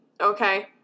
okay